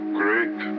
great